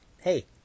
Hey